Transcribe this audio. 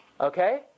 Okay